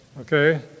Okay